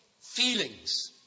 feelings